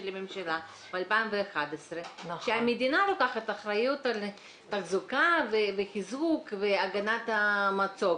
של הממשלה ב-2011 שהמדינה לוקחת אחריות על תחזוקה וחיזוק והגנת המצוק,